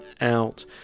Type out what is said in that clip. out